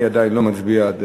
אני עדיין לא מצביע.